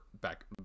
back